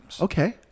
Okay